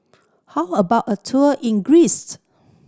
how about a tour in Greece